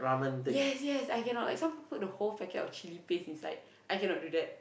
yes yes I can not like some people put the whole packet of chilli paste inside I can not do that